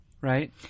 right